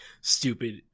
stupid